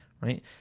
right